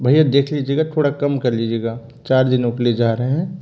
भैया देख लीजिएगा थोड़ा कम कर लीजिएगा चार दिनों के लिए जा रहे हैं